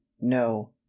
no